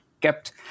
kept